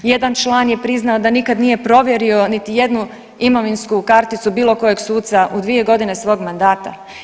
Jedan član je priznao da nikad nije provjerio niti jednu imovinsku karticu bilo kojeg suca u 2 godine svog mandata.